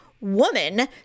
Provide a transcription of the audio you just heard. woman